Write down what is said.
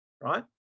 Right